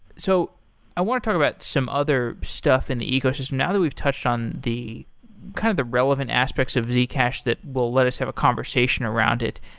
so i want to talk about some other stuff in the ecosystem. now that we've touched on the kind of relevant aspects of zcash that will let us have a conversation around it.